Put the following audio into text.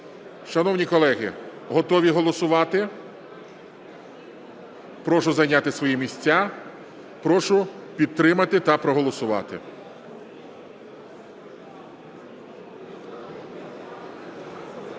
Шановні колеги, готові голосувати? Прошу зайняти свої місця. Прошу підтримати та проголосувати.